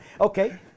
Okay